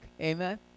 Amen